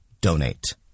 donate